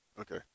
Okay